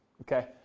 okay